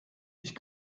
ich